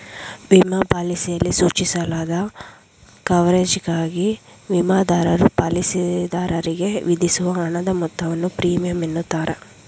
ವಿಮಾ ಪಾಲಿಸಿಯಲ್ಲಿ ಸೂಚಿಸಲಾದ ಕವರೇಜ್ಗಾಗಿ ವಿಮಾದಾರರು ಪಾಲಿಸಿದಾರರಿಗೆ ವಿಧಿಸುವ ಹಣದ ಮೊತ್ತವನ್ನು ಪ್ರೀಮಿಯಂ ಎನ್ನುತ್ತಾರೆ